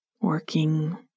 working